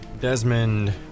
Desmond